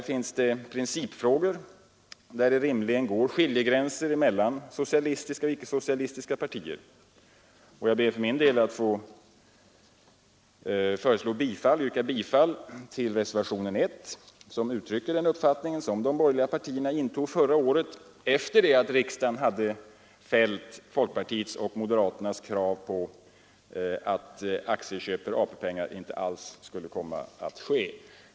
Detta är principfrågor, där det rimligen går skiljegränser mellan socialistiska och icke-socialistiska partier. Jag ber att få yrka bifall till reservationen 1 som uttrycker den uppfattning de borgerliga partierna intog förra året efter det att riksdagen hade fällt folkpartiets och moderaternas krav på att aktieköp för AP-pengar inte alls skulle ske.